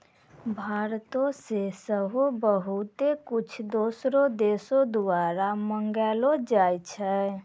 भारतो से सेहो बहुते कुछु दोसरो देशो द्वारा मंगैलो जाय छै